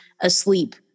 asleep